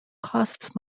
costs